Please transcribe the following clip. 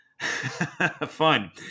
fun